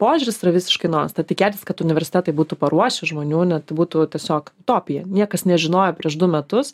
požiūris yra visiškai naujas tad tikėtis kad universitetai būtų paruošę žmonių na tai būtų tiesiog utopija niekas nežinojo prieš du metus